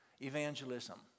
evangelism